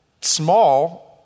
small